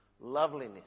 loveliness